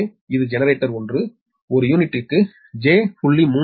எனவே இது ஜெனரேட்டர் 1 ஒரு யூனிட்டுக்கு j0